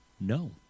No